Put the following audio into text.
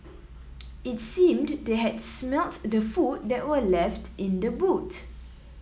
it seemed they had smelt the food that were left in the boot